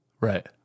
Right